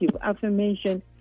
affirmation